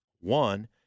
One